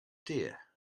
deer